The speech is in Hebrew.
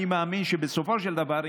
אני מאמין שבסופו של דבר,